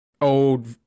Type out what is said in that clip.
old